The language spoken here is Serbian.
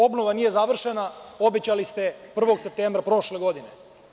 Obnova nije završena, a obećali ste 1. septembra prošle godine.